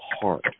heart